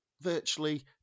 virtually